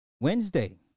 wednesday